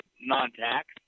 non-tax